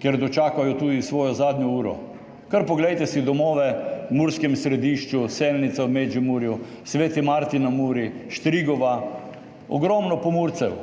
kjer dočakajo tudi svojo zadnjo uro? Kar poglejte si domove v Murskem Središču, Selnica v Medžimurju, Sveti Martin na Muri, Štrigova, ogromno Pomurcev,